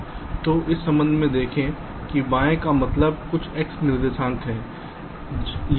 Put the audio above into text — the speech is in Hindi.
तो इस संबंध में देखें कि बाएं का मतलब कुछ x निर्देशांक है